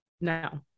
No